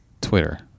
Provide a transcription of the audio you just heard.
Twitter